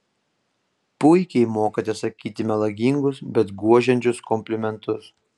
puikiai mokate sakyti melagingus bet guodžiančius komplimentus